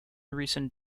recent